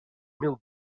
mil